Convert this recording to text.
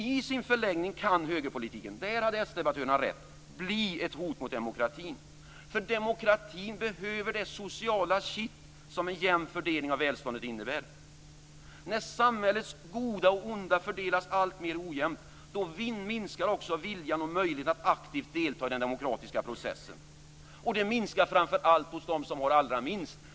I sin förlängning kan högerpolitiken, där hade sdebattörerna rätt, bli ett hot mot demokratin. Demokratin behöver det sociala kitt som en jämn fördelning av välståndet innebär. När samhällets goda och onda fördelas alltmer ojämnt minskar också viljan och möjligheten att aktivt delta i den demokratiska processen. Den minskar framför allt hos dem som har allra minst.